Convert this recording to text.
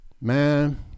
man